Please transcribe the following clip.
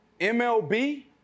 MLB